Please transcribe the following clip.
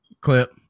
clip